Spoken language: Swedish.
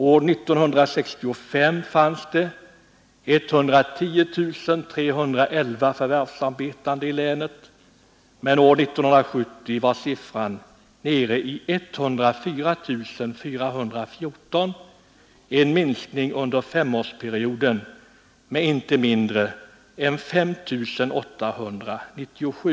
År 1965 fanns det 110311 förvärvsarbetande i länet, men år 1970 var siffran nere i 104 414, en minskning under femårsperioden med inte mindre än 5 897.